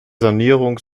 sanierung